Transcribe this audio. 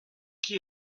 qui